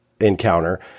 encounter